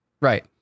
Right